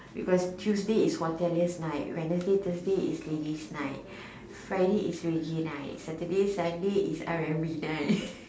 because Tuesday is hotelier's night Wednesday Thursday is ladies night Friday is night Saturday Sunday is R_and_B night